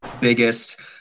biggest